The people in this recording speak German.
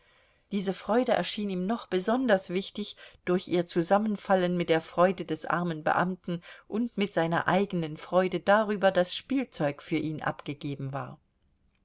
diese freude erschien ihm noch besonders wichtig durch ihr zusammenfallen mit der freude des armen beamten und mit seiner eigenen freude darüber daß spielzeug für ihn abgegeben war